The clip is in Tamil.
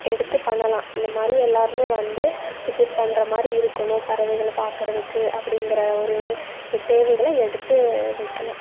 எடுத்து பண்ணலாம் இந்தமாதிரி எல்லாேருமே வந்து விசிட் பண்ணுற மாதிரி இருக்கணும் பறவைகளை பார்க்கறதுக்கு அப்படிங்குற ஒரு தேவைகளை எடுத்து வைக்கலாம்